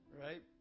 right